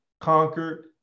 conquered